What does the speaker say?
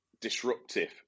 disruptive